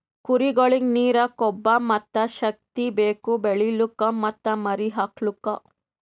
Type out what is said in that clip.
ಕುರಿಗೊಳಿಗ್ ನೀರ, ಕೊಬ್ಬ ಮತ್ತ್ ಶಕ್ತಿ ಬೇಕು ಬೆಳಿಲುಕ್ ಮತ್ತ್ ಮರಿ ಹಾಕಲುಕ್